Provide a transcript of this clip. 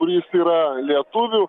būrys yra lietuvių